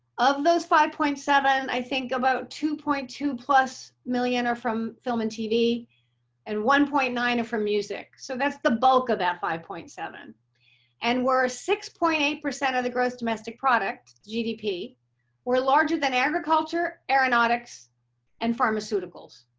those five point seven i think about two point two plus million are from film and tv and one point nine from music. so that's the bulk of that five point seven and we're six point eight of ah the gross domestic product gdp were larger than agriculture aeronautics and pharmaceuticals.